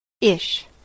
Ish